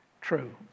true